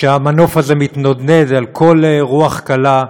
כשהמנוף הזה מתנדנד על כל רוח קלה.